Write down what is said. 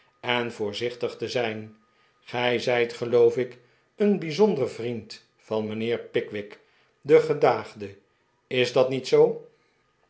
en voorzichtig te zijn gij zijt geloof ik een bijzonder vriend van mijnheer pickwick den gedaagde is dat niet zoo